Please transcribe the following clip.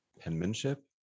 penmanship